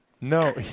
No